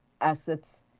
assets